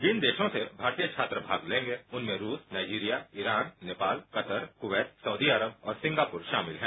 जिन देशों से भारतीय छात्र भाग लेंगे उनमें रूस Nigeria Iran Nepal Qatar Kuwait Saudi Arab और सिंगापुर शामिल हैं